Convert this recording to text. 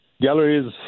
galleries